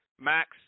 Max